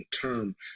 term